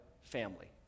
family